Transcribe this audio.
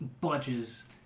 budges